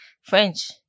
French